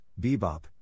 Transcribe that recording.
bebop